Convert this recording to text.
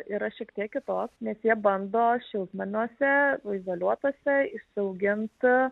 yra šiek tiek kitoks nes jie bando šiltnamiuose izoliuotuose išsiaugint